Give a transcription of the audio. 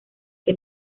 que